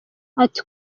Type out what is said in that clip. ati